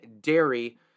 Dairy